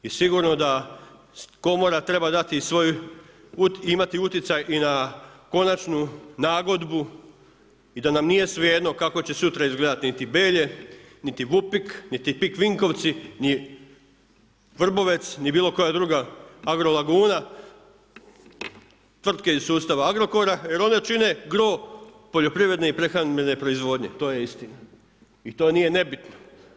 I sigurno da komora treba dati i svoj, imati utjecaj i na konačnu nagodbu i da nam nije svejedno kako će sutra izgledati niti Belje, niti Vupik, niti PIK Vinkovci, ni Vrbovec, ni bilo koja druga agrolaguna, tvrtke iz sustava Agrokora jer one čini gro poljoprivredne i prehrambene proizvodnje, to je istina i to nije nebitno.